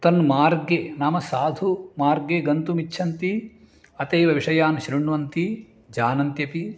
तन्मार्गे नाम साधुः मार्गे गन्तुम् इच्छन्ति अतः एव विषयान् श्रुण्वन्ति जानन्त्यपि